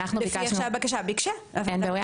הוועדה ביקשה.